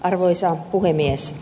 arvoisa puhemies